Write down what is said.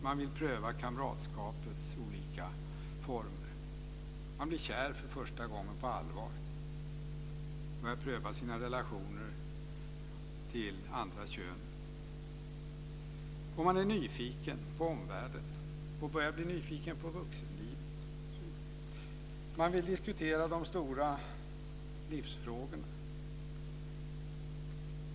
Man vill pröva kamratskapets olika former. Man blir kär för första gången på allvar. Man vill pröva sina relationer till det andra könet. Och man är nyfiken på omvärlden och börjar bli nyfiken på vuxenlivet. Man vill diskutera de stora livsfrågorna.